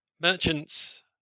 merchants